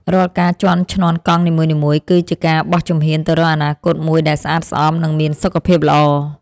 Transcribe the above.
រាល់ការជាន់ឈ្នាន់កង់នីមួយៗ គឺជាការបោះជំហានទៅរកអនាគតមួយដែលស្អាតស្អំ និងមានសុខភាពល្អ។